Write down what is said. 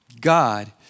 God